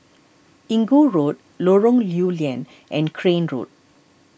Inggu Road Lorong Lew Lian and Crane Road